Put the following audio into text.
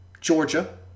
Georgia